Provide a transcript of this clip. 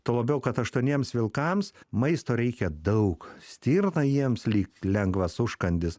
tuo labiau kad aštuoniems vilkams maisto reikia daug stirna jiems lyg lengvas užkandis